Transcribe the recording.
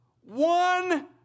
One